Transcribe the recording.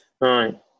right